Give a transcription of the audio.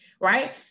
right